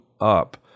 up